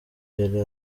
yari